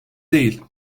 değil